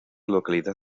localidad